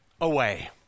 Away